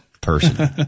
person